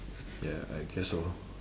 ya I guess so